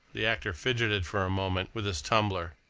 the actor fidgeted for a moment with his tumbler.